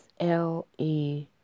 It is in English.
SLE